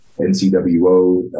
NCWO